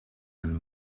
and